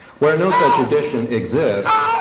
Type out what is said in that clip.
where no such edition exists,